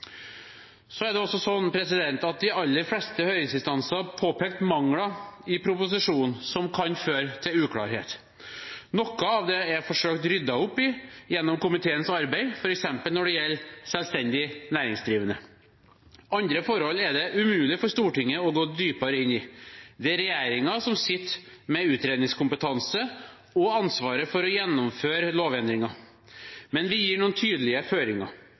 De aller fleste høringsinstansene har påpekt mangler i proposisjonen som kan føre til uklarhet. Noe av det er forsøkt ryddet opp i gjennom komiteens arbeid, f.eks. når det gjelder selvstendig næringsdrivende. Andre forhold er det umulig for Stortinget å gå dypere inn i. Det er regjeringen som sitter med utredningskompetanse og ansvaret for å gjennomføre lovendringen. Men vi har gitt noen tydelige føringer.